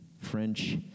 french